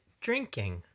drinking